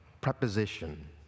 preposition